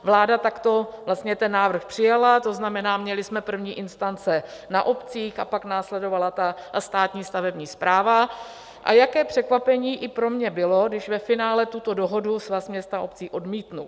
Vláda takto ten návrh přijala, to znamená, měli jsme první instance na obcích a pak následovala státní stavební správa a jaké překvapení i pro mě bylo, když ve finále tuto dohodu Svaz měst a obcí odmítl.